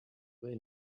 they